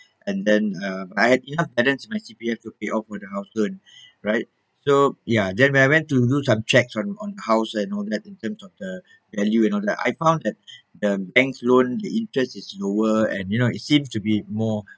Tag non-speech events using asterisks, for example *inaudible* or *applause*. and then uh I had enough balance my C_P_F to pay off for the house loan *breath* right so ya then when I went to do some checks on on house and all that in terms of the value and all that I found that the banks loan the interest is lower and you know it seems to be more